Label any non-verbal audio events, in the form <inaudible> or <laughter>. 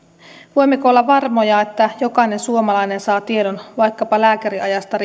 voimmeko olla varmoja että jokainen suomalainen saa riittävällä nopeudella tiedon vaikkapa lääkärinajasta <unintelligible>